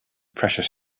precious